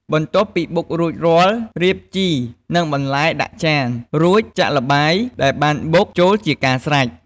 បន្ទាប់ពីបុករួចរាល់ រៀបជី និងបន្លែដាក់ចាន រួចចាក់ល្បាយដែលបានបុកចូលជាការស្រេច។